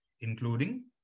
including